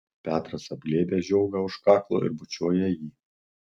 petras apglėbia žiogą už kaklo ir bučiuoja jį